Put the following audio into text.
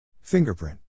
Fingerprint